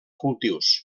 cultius